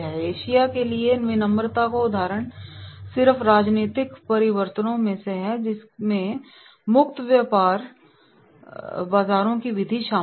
Asia के लिए विनम्रता का उदाहरण सिर्फ राजनीतिक परिवर्तनों में है जिसमें मुक्त व्यापार बाजारों की विधि शामिल है